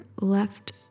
left